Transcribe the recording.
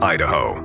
Idaho